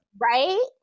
right